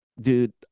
dude